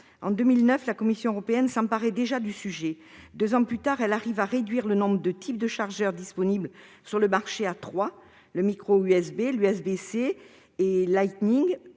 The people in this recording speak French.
En 2009, la Commission européenne s'emparait déjà du sujet et, deux ans plus tard, elle arrivait à réduire à trois le nombre de types de chargeurs disponibles sur le marché : le micro USB, l'USB-C et le lightning,